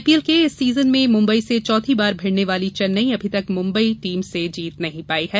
IPL के इस season में मुंबई से चौथी बार भिड़ने वाली चेन्नई अभी तक मुंबई टीम से जीत नहीं पाई है